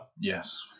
Yes